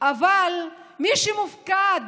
אבל מי שמופקד